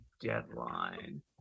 deadline